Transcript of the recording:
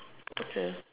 okay